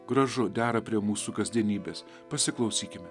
gražu dera prie mūsų kasdienybės pasiklausykime